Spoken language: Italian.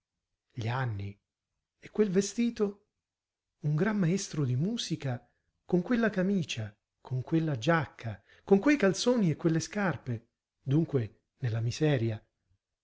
gli anni e quel vestito un gran maestro di musica con quella camicia con quella giacca con quei calzoni e quelle scarpe dunque nella miseria